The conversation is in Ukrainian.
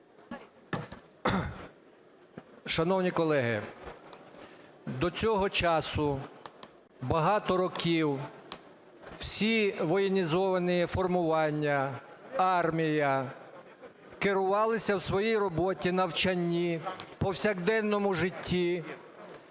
Шановні колеги, до цього часу багато років всі воєнізовані формування, армія керувалися в своїй роботі, навчанні, повсякденному житті,